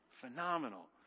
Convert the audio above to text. phenomenal